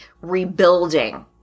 rebuilding